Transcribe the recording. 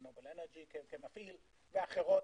נובל אנרג'י כמפעיל ואחרות,